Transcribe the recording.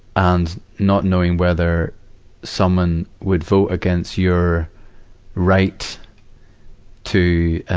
and not knowing whether someone would vote against your right to,